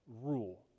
rule